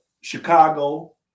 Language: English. Chicago